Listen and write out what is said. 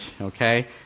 okay